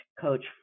coach